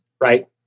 right